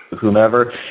whomever